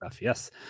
Yes